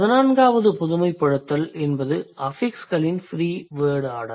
பதினான்காவது பொதுமைப்படுத்தல் என்பது அஃபிக்ஸ்களின் ஃப்ரீ ஆர்டர்